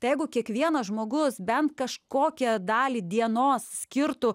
tai jeigu kiekvienas žmogus bent kažkokią dalį dienos skirtų